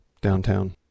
downtown